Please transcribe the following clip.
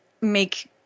make